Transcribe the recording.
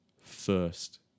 first